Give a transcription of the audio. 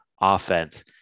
offense